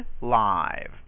live